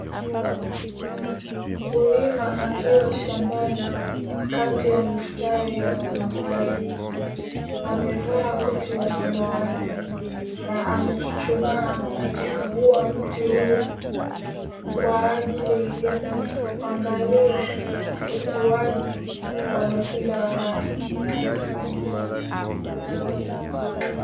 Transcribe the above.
Mkulima akiwa shambani kati ya mistari ya mipapai amevaa koti la samawati na amechuchumaa, akikagua mti huo kwa ajili ya kuangalia ukuaji wa matunda hayo.